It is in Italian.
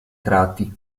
tratti